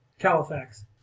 Califax